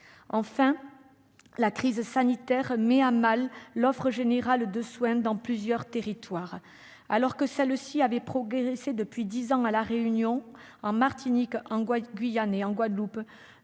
Enfin, la crise sanitaire met à mal l'offre générale de soins dans plusieurs territoires. Alors que celle-ci avait progressé depuis dix ans à la Réunion, en Martinique, en Guyane et en Guadeloupe,